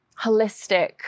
holistic